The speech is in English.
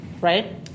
Right